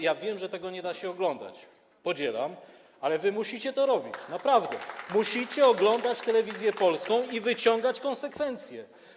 Ja wiem, że tego nie da się oglądać, podzielam to, ale wy musicie to robić, naprawdę, musicie oglądać Telewizję Polską i wyciągać konsekwencje.